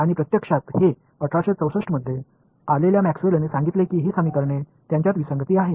आणि प्रत्यक्षात हे 1864 मध्ये आलेल्या मॅक्सवेलने सांगितले की ही समीकरणे त्यांच्यात विसंगती आहे